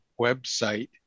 website